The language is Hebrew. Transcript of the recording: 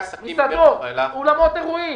מסעות, אולמות אירועים.